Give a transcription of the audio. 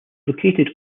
located